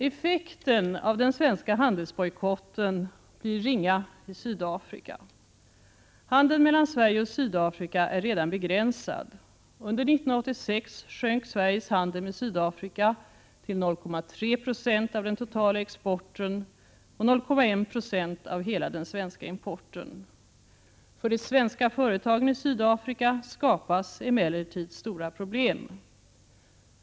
Effekten av den svenska handelsbojkotten blir ringa i Sydafrika. Handeln mellan Sverige och Sydafrika är redan begränsad. Under 1986 minskade Sveriges handel med Sydafrika till 0,3 26 av den totala exporten och till 0,1 90 av hela den svenska importen. För de svenska företagen i Sydafrika skapas emellertid stora problem.